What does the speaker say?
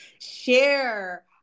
share